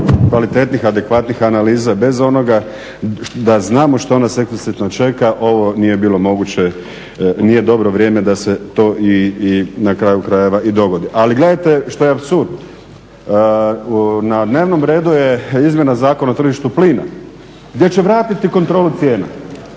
kvalitetnih, adekvatnih analiza, bez onoga da znamo što nas … /Govornik se ne razumije./ … čeka, ovo nije bilo moguće, nije dobro vrijeme da se to i na kraju krajeva i dogodi. Ali gledajte što je apsurd. Na dnevnom redu je izmjena Zakona o tržištu plina gdje će vratiti kontrolu cijena.